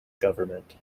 government